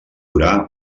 durà